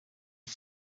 iki